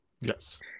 Yes